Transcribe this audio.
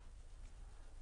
הצבעה